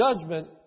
judgment